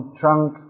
trunk